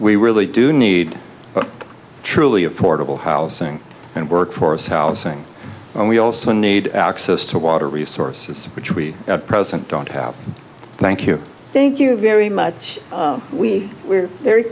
we really do need a truly affordable housing and workforce housing and we also need access to water resources which we at present don't have thank you thank you very much we we're very